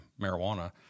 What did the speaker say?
marijuana